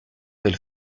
del